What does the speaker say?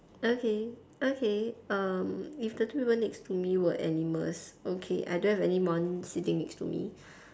okay okay um if the two people next to me were animals okay I don't have anyone sitting next to me